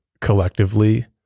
collectively